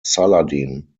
saladin